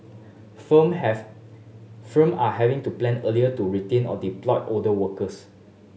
firm have firm are having to plan earlier to retrain or redeploy older workers